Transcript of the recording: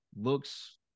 looks